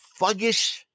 fuggish